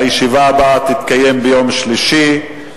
הישיבה הבאה תתקיים ביום שלישי,